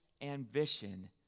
ambition